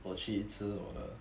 我去吃我的